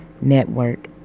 Network